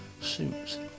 Suits